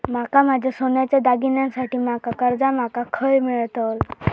माका माझ्या सोन्याच्या दागिन्यांसाठी माका कर्जा माका खय मेळतल?